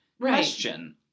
question